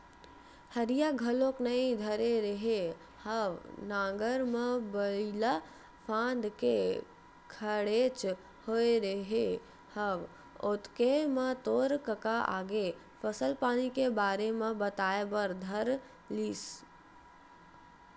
हरिया घलोक नइ धरे रेहे हँव नांगर म बइला फांद के खड़ेच होय रेहे हँव ओतके म तोर कका आगे फसल पानी के बारे म बताए बर धर लिस